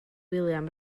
william